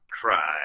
Cry